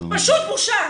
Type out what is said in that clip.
פשוט בושה.